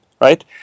right